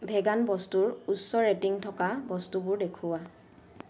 vegan বস্তুৰ উচ্চ rating থকা বস্তুবোৰ দেখুওৱা